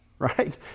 right